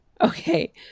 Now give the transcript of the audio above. Okay